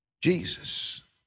Jesus